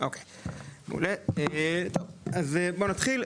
בואו נתחיל,